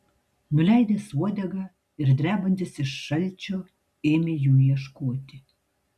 nuleidęs uodegą ir drebantis iš šalčio ėmė jų ieškoti